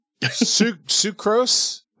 sucrose